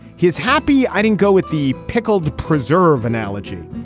he is happy i didn't go with the pickled preserve analogy.